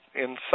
inside